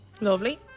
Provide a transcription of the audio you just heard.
Lovely